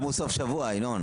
על סופשבוע.